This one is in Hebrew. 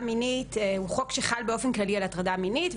מינית הוא חוק שחל באופן כללי על הטרדה מינית,